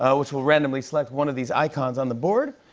ah which will randomly select one of these icons on the board.